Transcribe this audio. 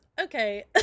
Okay